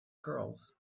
curls